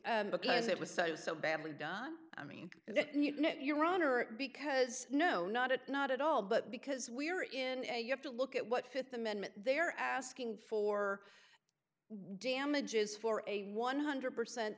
do because it was so so badly done i mean not your honor because no not at not at all but because we are in a you have to look at what th amendment they are asking for damages for a one hundred percent